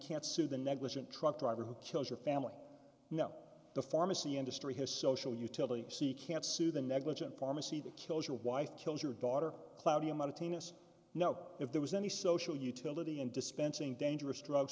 can't sue the negligent truck driver who killed your family know the pharmacy industry his social utility she can't sue the negligent pharmacy that kills your wife kills your daughter cloudy i'm out of tina's know if there was any social utility in dispensing dangerous drugs